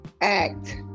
act